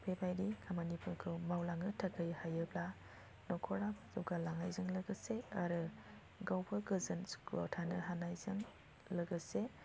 बेबायदि खामानिफोरखौ मावलांनो थाखाय हायोब्ला न'खराबो जौगालांनायजों लोगोसे आरो गावबो गोजोन सुखुआव थानो हानायजों लोगोसे